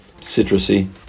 citrusy